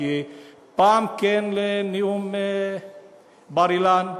כי פעם כן לנאום בר-אילן,